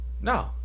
No